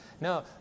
No